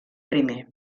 primer